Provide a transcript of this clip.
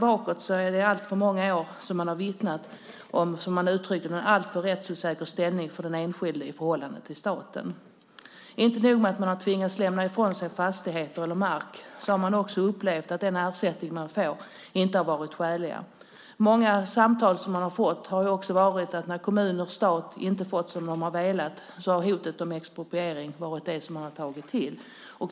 Bakåt sett är det alltför många år som man har kunnat vittna om, som det uttrycks, en alltför rättsosäker ställning för den enskilde i förhållande till staten. Inte nog med att man har tvingats att lämna ifrån sig fastigheter eller mark - man har också upplevt att den ersättning man får inte har varit skälig. Många samtal som jag har fått har handlat om att när kommuner och stat inte har fått som de har velat har hotet om expropriering varit det som de har tagit till.